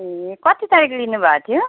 ए कति तारिक लिनु भएको थियो